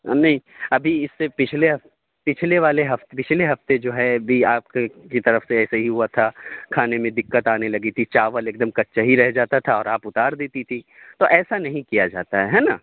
نہیں ابھی اس سے پچھلے پچھلے والے ہفتے پچھلے ہفتے جو ہے بھی آپ کی طرف سے ایسے ہی ہوا تھا کھانے میں دکت آنے لگی تھی چاول ایک دم کچا ہی رہ جاتا تھا اور آپ اتار دیتی تھی تو ایسا نہیں کیا جاتا ہے نا